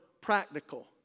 practical